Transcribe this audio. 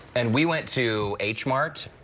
and we went to h mart,